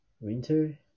Winter